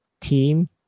team